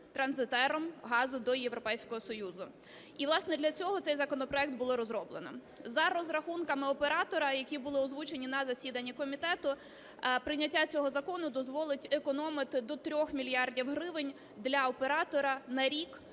транзитером газу до Європейського Союзу. І, власне, для цього цей законопроект було розроблено. За розрахунками оператора, які були озвучені на засіданні комітету, прийняття цього закону дозволить економити до 3 мільярдів гривень для оператора на рік,